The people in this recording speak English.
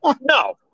no